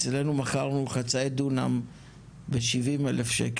אצלנו מכרנו חצאי דונם ב70,000 ₪,